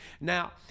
now